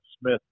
Smith